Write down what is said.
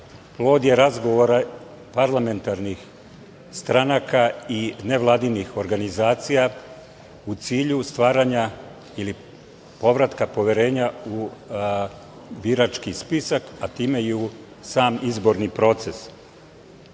plod je razgovora parlamentarnih stranaka i nevladinih organizacija u cilju stvaranja ili povratka poverenja u birački spisak, a time i u sam izborni proces. Ako